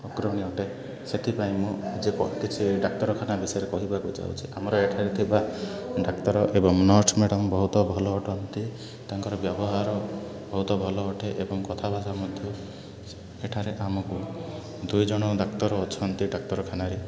ଅକାରଣୀୟ ଅଟେ ସେଥିପାଇଁ ମୁଁ ଯେ କିଛି ଡାକ୍ତରଖାନା ବିଷୟରେ କହିବାକୁ ଯାଉଛି ଆମର ଏଠାରେ ଥିବା ଡାକ୍ତର ଏବଂ ନର୍ସ ମ୍ୟାଡ଼ାମ୍ ବହୁତ ଭଲ ଅଟନ୍ତି ତାଙ୍କର ବ୍ୟବହାର ବହୁତ ଭଲ ଅଟେ ଏବଂ କଥାବାର୍ତ୍ତା ମଧ୍ୟ ଏଠାରେ ଆମକୁ ଦୁଇଜଣ ଡାକ୍ତର ଅଛନ୍ତି ଡାକ୍ତରଖାନାରେ